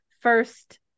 first